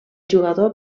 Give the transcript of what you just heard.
jugador